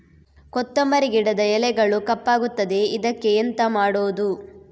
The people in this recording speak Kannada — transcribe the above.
ಕೊತ್ತಂಬರಿ ಗಿಡದ ಎಲೆಗಳು ಕಪ್ಪಗುತ್ತದೆ, ಇದಕ್ಕೆ ಎಂತ ಮಾಡೋದು?